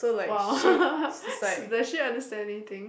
!wow! s~ does she understand anything